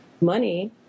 money